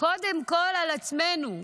קודם כול על עצמנו.